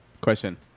Question